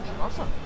awesome